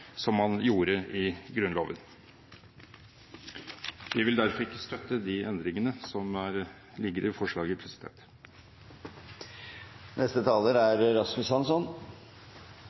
som man gjorde i Grunnloven. Vi vil derfor ikke støtte de endringene som ligger i forslaget.